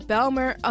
Belmer